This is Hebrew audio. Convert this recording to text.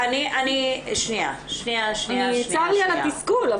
צר לי על התסכול.